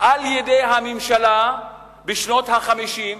על-ידי הממשלה בשנות ה-50.